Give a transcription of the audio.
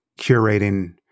curating